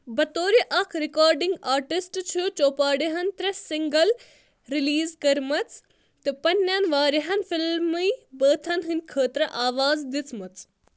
بَطورِ اَکھ recording artist چھِ چوپڈاہن ترٛےٚ سِنٛگَل رِلیٖز کٔرِمٕژ تہٕ پنٛنیٚن واریاہن فِلمے بٲتَن ہٕنٛدِ خٲطرٕ آواز دِژمٕژ